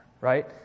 right